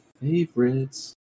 favorites